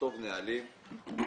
לכתוב נהלים וכללים